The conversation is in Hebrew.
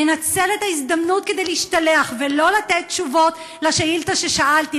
ינצל את ההזדמנות כדי להשתלח ולא לתת תשובות על שאילתה ששאלתי,